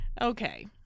Okay